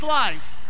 life